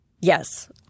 Yes